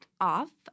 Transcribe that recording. off